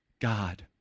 God